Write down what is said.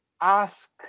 ask